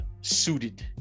suited